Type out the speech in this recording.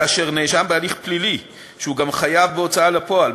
כאשר נאשם בהליך פלילי שהוא גם חייב בהוצאה לפועל,